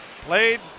Played